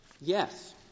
yes